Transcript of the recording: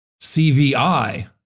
CVI